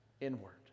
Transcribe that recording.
inward